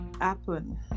happen